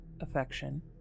affection